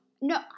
no